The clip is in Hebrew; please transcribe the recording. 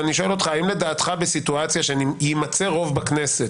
אבל אני שואל אותך: האם לדעתך בסיטואציה שיימצא רוב בכנסת